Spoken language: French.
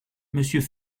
monsieur